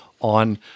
on